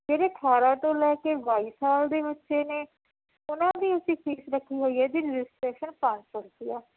ਜਿਹੜੇ ਅਠਾਰ੍ਹਾਂ ਤੋਂ ਲੈ ਕੇ ਬਾਈ ਸਾਲ ਦੇ ਬੱਚੇ ਨੇ ਉਹਨਾਂ ਦੀ ਅਸੀਂ ਫ਼ੀਸ ਰੱਖੀ ਹੋਈ ਹੈ ਜੀ ਰਜਿਸਟ੍ਰੇਸ਼ਨ ਪੰਜ ਸੌ ਰੁਪਇਆ